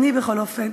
אני, בכל אופן.